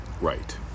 right